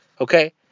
okay